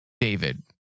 David